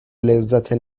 لذت